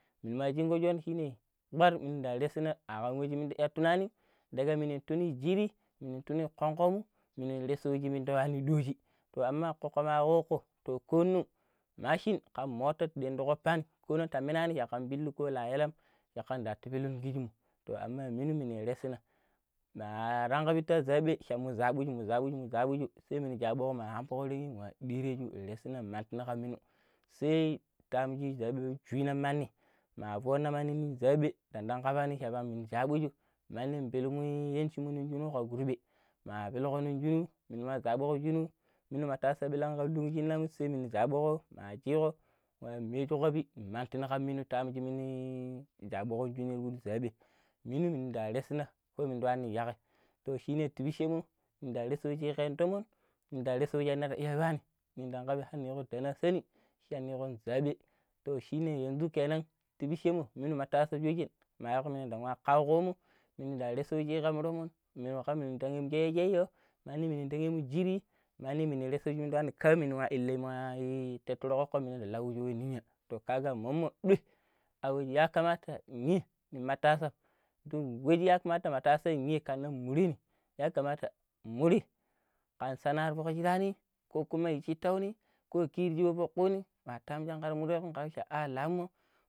﻿min jagojuan shine kpar runda rasina awamujindiketu munanim ɗagamin tuni jibi minu tunin konƙƙom muni rasiduabani ɗoji to aman ƙoƙƙo baroako to ko nuim mashin an mota ɓindigo tang minanu caƙan ɓilu koya ellam caƙan da ilugujikimo to aman ya minumi ne rasina ma ranga bita seiɓe zaɓimun zaɓimun zaɓijun sai mina jago ahan puri ni wa ɗiregu resinan ma nakanminu sei time nigu zaɓen chuwinammani ma foona mani nzaɓe da gan kaɓani chi kam jabukuju menu pelomuni chinyi chinumujino ko gurɓe ma shinuajinu muni ma zaɓojinu muni matasa bilanga ɗoji minang sei bilang ga kinami kiminachiboik ma jigo ma meshogobi maantina kaminu kamini jimi jabogo jini wurzaɓe minu minda rasina ko minduani yaggai to shine to bishemu ndarusukoki tomon ndarusukokiiyanu minda ga dana sani shenigon zabe to shine yanzu kenan ti ɓishemo ana matassa jugem makolwantu daugam kaogomu minda raswuge romon nigokom ndiyigegyo mani dajilimi jiri nanigam rashunduanim kam maniwainlemo manyi terogo komelamgshuwi ninya, to kaga mommon ɗoi awajiyakamata nyi matassan nyik kannan mureni yakamata muri kan sana'a koshiɓurani kokuma yinshutanni koki chi yaɓok kuni tananjanga muregon cha a lamo.